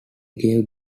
gave